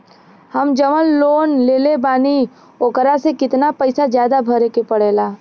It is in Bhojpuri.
हम जवन लोन लेले बानी वोकरा से कितना पैसा ज्यादा भरे के पड़ेला?